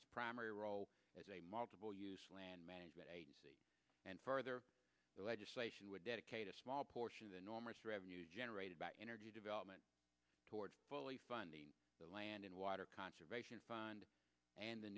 its primary role as a multiple use land management agency and further the legislation would dedicate a small portion of the normal revenue generated by energy development towards fully funding the land and water conservation fund and the